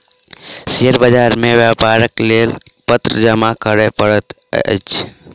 share बाजार मे व्यापारक लेल पत्र जमा करअ पड़ैत अछि